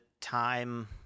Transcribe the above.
time